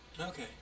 Okay